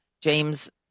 James